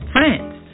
France